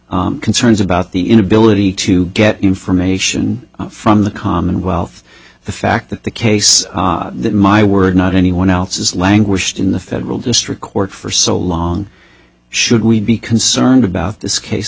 quotes concerns about the inability to get information from the commonwealth the fact that the case that my word not anyone else is languished in the federal district court for so long should we be concerned about this case